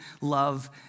love